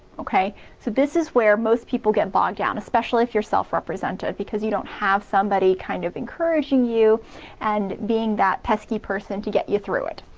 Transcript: okay so this is where most people get bogged down, especially if you're self-represented because you don't have somebody kind of encouraging you and being that pesky person to get you through it.